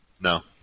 No